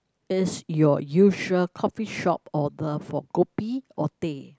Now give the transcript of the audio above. is your usual coffee shop order for kopi or teh